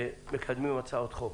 מקדמים הצעות חוק